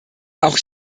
auch